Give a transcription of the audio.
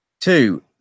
two